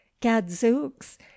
Gadzooks